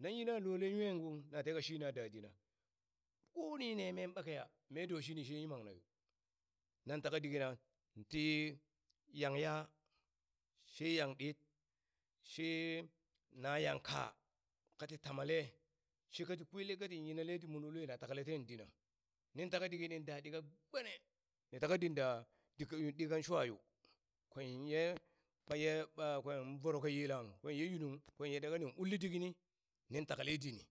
nanyi na lolen nwe wong na teka shina da dina koni ne meen ɓakeya mee doshini she yimang na yo nan taka di kina ti nyaŋ yaa she yang dit she na yang kaa kati tamale sheka ti kwele kati yinale ti munole na takale ten dina, nin taka kinin da dit ka gbene ni taka dit da ɗi k ɗi kan shwa yo kwen voro ka yelang kwen ye yunung kwe yadda ka nin uli di kini nin takle ye dini.